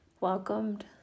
welcomed